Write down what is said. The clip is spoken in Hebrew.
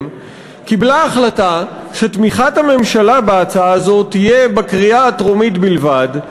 החליטה שתמיכת הממשלה בהצעה זו תהיה בקריאה הטרומית בלבד,